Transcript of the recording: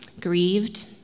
grieved